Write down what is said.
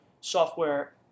software